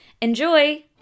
Enjoy